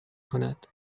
کند